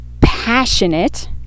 passionate